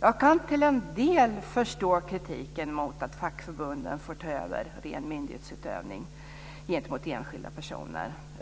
Jag kan till en del förstå kritiken mot att fackförbunden får ta över ren myndighetsutövning gentemot enskilda personer.